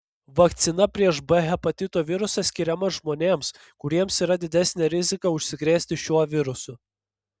vakcina prieš b hepatito virusą skiriama žmonėms kuriems yra didesnė rizika užsikrėsti šiuo virusu